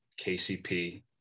kcp